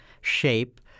shape